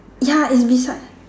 ya is beside